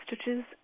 stitches